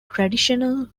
traditional